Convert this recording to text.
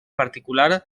particular